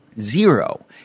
Zero